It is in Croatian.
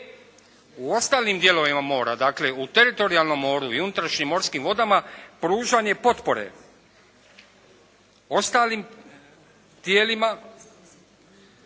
u ostalim dijelovima mora, dakle u teritorijalnom moru i unutrašnjim morskim vodama pružanje potpore ostalim tijelima